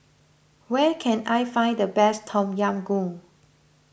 where can I find the best Tom Yam Goong